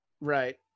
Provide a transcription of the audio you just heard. Right